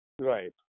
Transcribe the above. Right